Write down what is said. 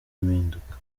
impinduka